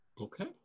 Okay